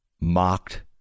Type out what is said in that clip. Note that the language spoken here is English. Mocked